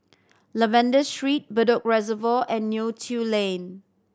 Lavender Street Bedok Reservoir and Neo Tiew Lane